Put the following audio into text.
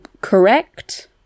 correct